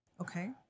Okay